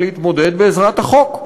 להתמודד בעזרת החוק,